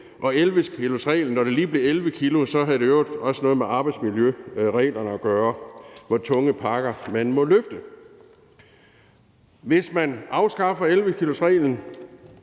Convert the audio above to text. og når det lige blev 11 kg, havde det i øvrigt også noget med arbejdsmiljøreglerne at gøre, med hensyn til hvor tunge pakker man må løfte. Hvis man afskaffer 11-kilosreglen,